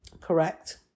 Correct